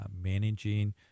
managing